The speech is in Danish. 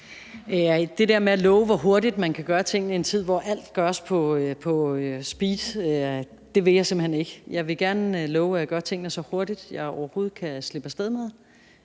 Det der med at love, hvor hurtigt man kan gøre tingene i en tid, hvor alt gøres på fuld speed, vil jeg simpelt hen ikke. Jeg vil gerne love, at jeg gør tingene så hurtigt, jeg overhovedet kan slippe af sted med det,